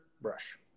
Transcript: brush